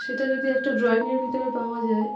সেটা যদি একটা ড্রয়িংয়ের ভিতরে পাওয়া যায়